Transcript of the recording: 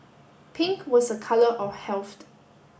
pink was a colour of health